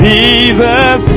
Jesus